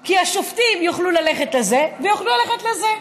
כי השופטים יוכלו ללכת לזה ויוכלו ללכת לזה,